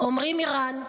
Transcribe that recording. עמרי מירן,